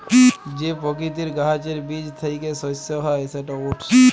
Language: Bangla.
যে পকিতির গাহাচের বীজ থ্যাইকে শস্য হ্যয় সেট ওটস